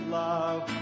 love